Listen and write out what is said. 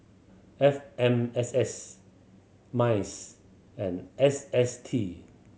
F M S S MINDS and S S T